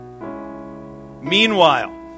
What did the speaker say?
meanwhile